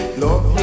love